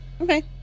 okay